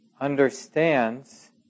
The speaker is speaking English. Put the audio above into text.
understands